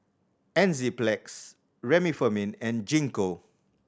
Enzyplex Remifemin and Gingko